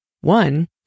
One